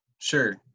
sure